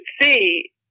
see